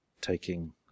taking